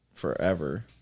forever